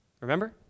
Remember